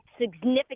significant